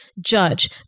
judge